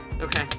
Okay